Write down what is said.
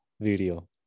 video